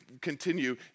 continue